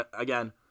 again